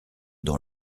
dont